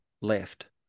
left